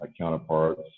counterparts